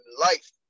life